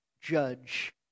judge